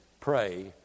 pray